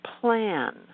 plan